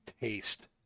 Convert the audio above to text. taste